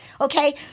Okay